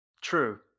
True